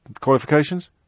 qualifications